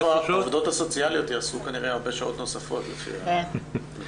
עכשיו העובדות הסוציאליות יעשו כנראה הרבה שעות נוספות לפי המתווה.